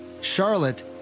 Charlotte